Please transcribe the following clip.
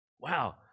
Wow